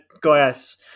glass